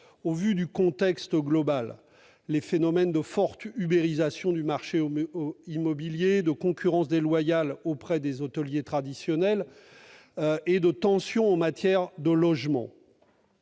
au vu du contexte global, avec les phénomènes de forte ubérisation du marché immobilier, de concurrence déloyale auprès des hôteliers traditionnels et de tensions en matière de logement.